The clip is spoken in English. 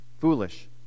foolish